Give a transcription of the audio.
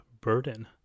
burden